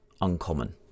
uncommon